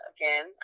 Again